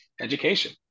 education